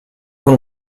con